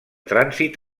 trànsit